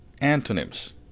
antonyms